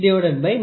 C pitchno